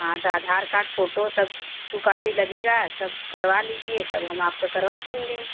हाँ तो Aadhaar card photo सब ट्रू कॉपी लगेगा सब करवा लीजिए तब हम आपका करवा देंगे